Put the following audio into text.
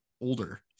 older